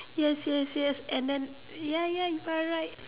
yes yes yes and then ya ya you got it right